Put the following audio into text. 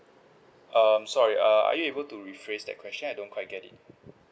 um sorry uh are you able to rephrase that question I don't quite get it